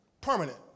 Permanent